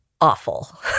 awful